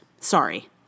sorry